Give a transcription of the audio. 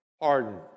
pardon